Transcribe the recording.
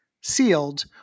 sealed